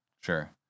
Sure